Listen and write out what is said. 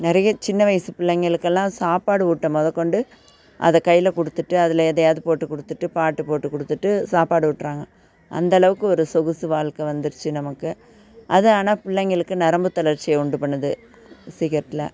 நிறைய சின்ன வயது பிள்ளைங்களுக்கெல்லாம் சாப்பாடு ஊட்ட மொதல் கொண்டு அதை கையில் கொடுத்துட்டு அதில் எதையாவது போட்டு கொடுத்துட்டு பாட்டு போட்டு கொடுத்துட்டு சாப்பாடு ஊட்டுறாங்க அந்த அளவுக்கு ஒரு சொகுசு வாழ்க்க வந்துடுச்சு நமக்கு அது ஆனால் பிள்ளைங்களுக்கு நரம்பு தளர்ச்சியை உண்டு பண்ணுது சீக்கிரத்தில்